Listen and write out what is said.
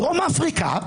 בדרום אפריקה.